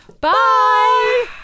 Bye